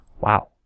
Wow